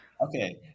Okay